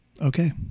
Okay